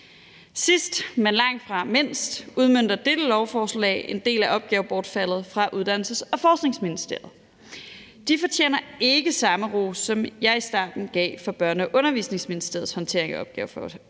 Sidst, men langt fra mindst, udmønter dette lovforslag en del af opgavebortfaldet fra Uddannelses- og Forskningsministeriet. De fortjener ikke samme ros, som jeg i starten gav for Børne- og Undervisningsministeriets håndtering af opgavebortfald.